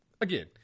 Again